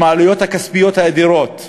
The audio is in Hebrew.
עם העלויות הכספיות האדירות להורים,